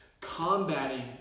combating